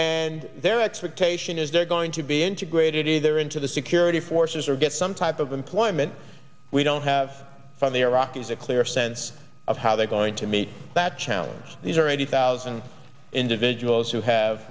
and their expectation is they're going to be integrated there into the security forces or get some type of employment we don't have from iraq is a clear sense of how they're going to meet that challenge these are eighty thousand individuals who have